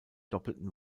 doppelten